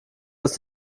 aus